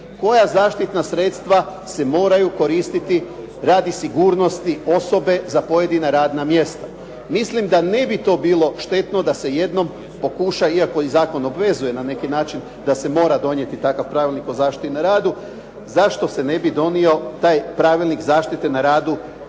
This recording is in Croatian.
koja zaštitna sredstva se moraju koristiti radi sigurnosti osobe za pojedina radna mjesta. Mislim da to ne bi bilo štetno da se jednom pokuša, iako i zakonom obvezuje na neki način da se mora donijeti takav pravilnik o zaštiti na radu, zašto se ne bi donio taj pravilnik zaštite na radu